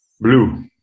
Blue